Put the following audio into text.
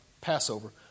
Passover